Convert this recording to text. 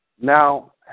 now